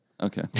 Okay